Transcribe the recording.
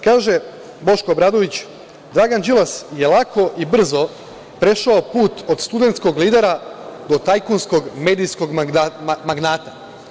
Kaže Boško Obradović – Dragan Đilas je lako i brzo prešao put od studentskog lidera do tajkunskog medijskog magnata.